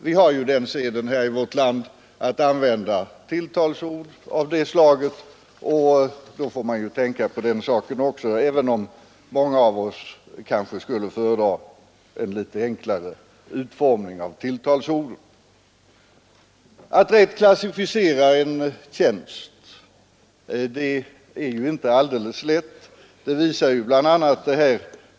Vi har ju den seden här i vårt land att använda titlar som tilltalsord, så vi måste tänka också på den saken, även om många av oss kanske skulle föredra en enklare utformning av tilltalsorden. ificera en tjänst är inte alldeles lätt.